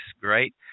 great